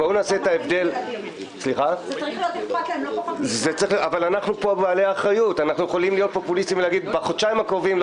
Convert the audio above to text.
שיבואו ויגידו שזה מצטמצם ב-50 עד סוף החודש,